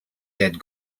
dead